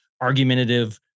argumentative